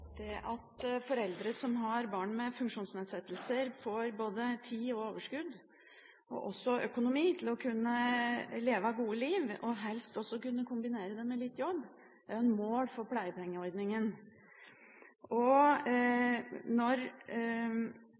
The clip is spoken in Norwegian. at foreldre som har barn med funksjonsnedsettelser, får både tid og overskudd og også økonomi til å kunne leve gode liv og helst også kunne kombinere det med litt jobb, er et mål for